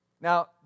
Now